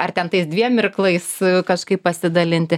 ar ten tais dviem irklais kažkaip pasidalinti